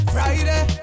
Friday